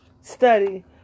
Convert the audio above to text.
study